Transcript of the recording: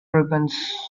ribbons